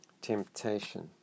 temptation